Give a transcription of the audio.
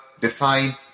define